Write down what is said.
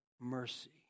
mercy